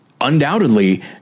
undoubtedly